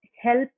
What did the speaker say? help